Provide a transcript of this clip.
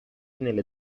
nelle